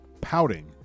pouting